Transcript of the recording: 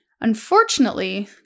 Unfortunately